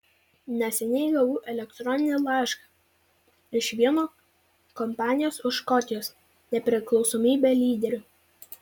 neseniai gavau elektroninį laišką iš vieno kampanijos už škotijos nepriklausomybę lyderių